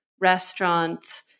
restaurant